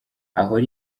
ahora